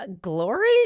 Glory